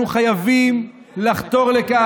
יש,